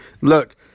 Look